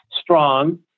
strong